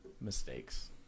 Mistakes